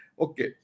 Okay